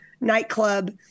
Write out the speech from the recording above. nightclub